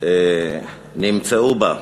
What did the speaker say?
נמצאו בה,